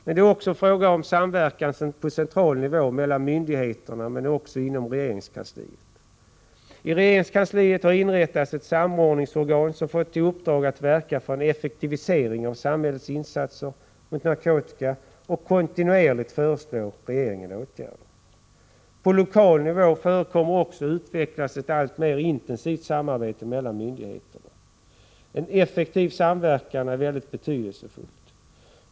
Men det är också fråga om samverkan på central nivå mellan myndigheterna men också inom regeringskansliet. I regeringskansliet har inrättats ett samordningsorgan som har fått i uppdrag att verka för en effektivisering av samhällets insatser mot narkotika och att kontinuerligt föreslå regeringen åtgärder. På lokal nivå förekommer också och utvecklas ett alltmer intensivt samarbete mellan myndigheter. En effektiv samverkan är väldigt betydelsefull.